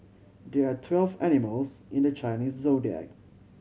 there are twelve animals in the Chinese Zodiac